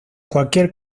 cualquier